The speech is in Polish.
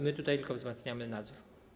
My tutaj tylko wzmacniamy nadzór.